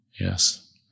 Yes